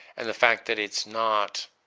and the fact that it's not